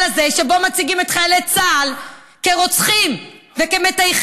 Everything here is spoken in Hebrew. הזה ובו מציגים את חיילי צה"ל כרוצחים וכמטייחים.